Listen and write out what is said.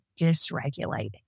dysregulated